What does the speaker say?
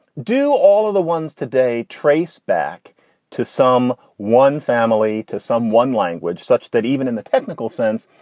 do all of the ones today trace back to some one family, to some one language such that even in the technical sense,